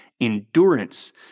endurance